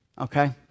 okay